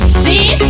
see